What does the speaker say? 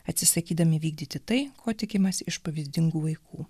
atsisakydami vykdyti tai ko tikimasi iš pavyzdingų vaikų